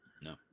No